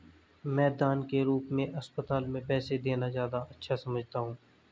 मैं दान के रूप में अस्पताल में पैसे देना ज्यादा अच्छा समझता हूँ